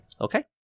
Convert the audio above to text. Okay